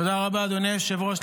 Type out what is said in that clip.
תודה רבה, אדוני היושב-ראש.